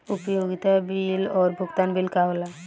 उपयोगिता बिल और भुगतान बिल का होला?